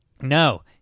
No